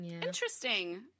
Interesting